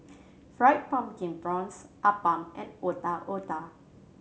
Fried Pumpkin Prawns Appam and Otak Otak